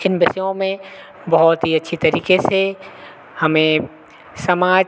इन विषयों में बहुत ही अच्छी तरीक़े से हमें समाज